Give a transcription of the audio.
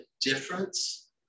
difference